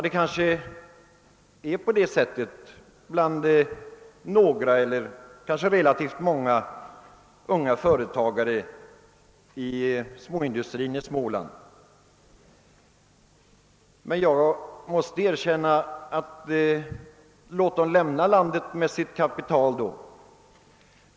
Det kanske är på det sättet med några eller kanske relativt många unga företagare inom småindustrin i Småland. Men låt dem då lämna landet med sitt kapital!